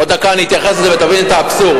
עוד דקה אתייחס לזה, ותבין את האבסורד.